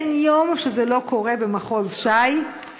אין יום שזה לא קורה במחוז ש"י,